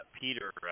Peter